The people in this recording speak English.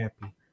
happy